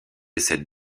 cette